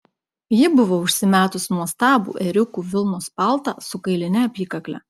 ji buvo užsimetusi nuostabų ėriukų vilnos paltą su kailine apykakle